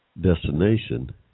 destination